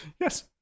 Yes